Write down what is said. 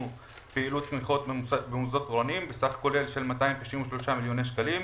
פעילות תמיכות במוסדות תורניים בסך כולל של 293 מיליוני שקלים.